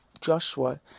Joshua